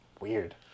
weird